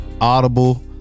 Audible